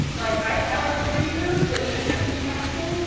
like i like three years, but even that can be taxing,